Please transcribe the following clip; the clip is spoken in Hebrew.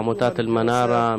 עמותת אלמאנרה,